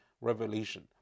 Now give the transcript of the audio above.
revelation